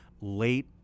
Late